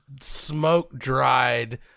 smoke-dried